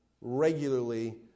regularly